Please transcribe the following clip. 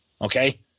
okay